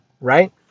Right